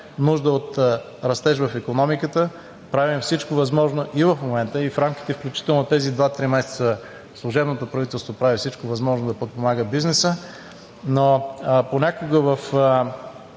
нужда от растеж в икономиката. Правим всичко възможно и в момента, и в рамките включително на тези два-три месеца служебното правителство прави всичко възможно да подпомага бизнеса, но понякога в